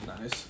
nice